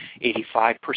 85%